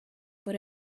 but